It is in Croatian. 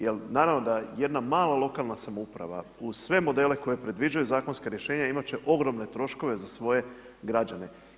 Jer naravno da jedna mala lokalna samouprava uz sve modele koje predviđaju zakonska rješenja imati će ogromne troškove za svoje građane.